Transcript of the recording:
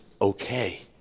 okay